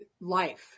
life